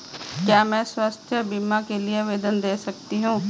क्या मैं स्वास्थ्य बीमा के लिए आवेदन दे सकती हूँ?